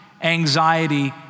anxiety